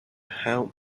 help